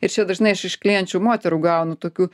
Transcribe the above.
ir čia dažnai aš iš klienčių moterų gaunu tokių